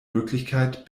möglichkeit